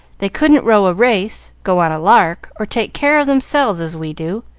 they couldn't row a race, go on a lark, or take care of themselves, as we do.